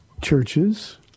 Churches